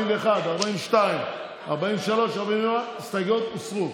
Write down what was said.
41, 42, 43, 44, ההסתייגויות הוסרו.